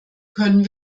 können